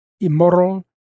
immoral